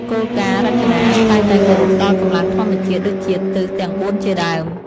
គោលការណ៍រចនា តែងតែគោរពដល់កម្លាំងធម្មជាតិ ដូចជាទិសទាំងបួនជាដើម។